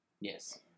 Yes